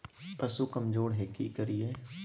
पशु कमज़ोर है कि करिये?